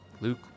Luke